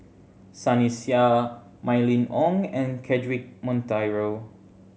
Sunny Sia Mylene Ong and Cedric Monteiro